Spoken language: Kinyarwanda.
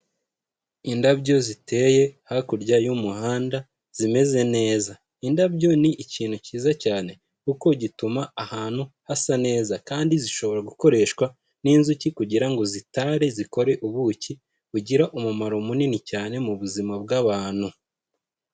Indabyo ziteye hakurya y'umuhanda zimeze neza, indabyo ni ikintu cyiza cyane kuko gituma ahantu hasa neza, kandi zishobora gukoreshwa n'inzuki kugira ngo zitare zikore ubuki bugira umumaro munini cyane mubuzima bw'abantu.